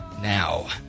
now